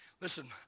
listen